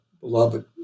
beloved